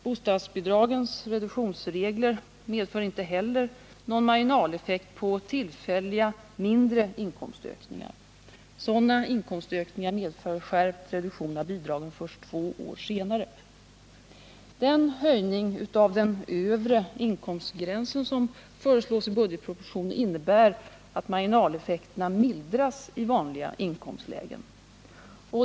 Bostadsbidragens reduktionsregler medför inte heller någon marginaleffekt på tillfälliga, mindre inkomstökningar. Sådana inkomstökningar medför skärpt reduktion av bidragen först två år senare. Den höjning av den övre inkomstgränsen som föreslås i budgetpropositionen innebär att marginaleffekterna mildras i vanliga inkomstlägen.